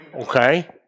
Okay